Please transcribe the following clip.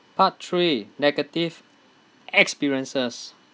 part three negative experiences